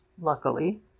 luckily